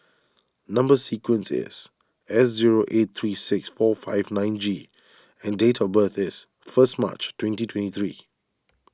Number Sequence is S zero eight three six four five nine G and date of birth is first March twenty twenty three